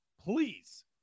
please